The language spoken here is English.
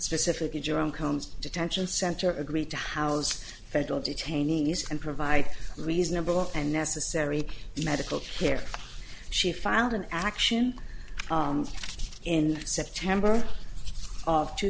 specifically germ comes detention center agree to house federal detainees and provide reasonable and necessary medical care she filed an action in september of two